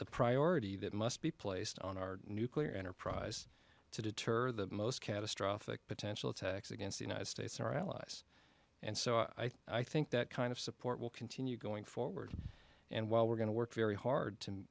the priority that must be placed on our nuclear enterprise to deter the most catastrophic potential attacks against the united states or our allies and so i think i think that kind of support will continue going forward and while we're going to work very hard to